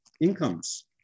incomes